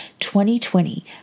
2020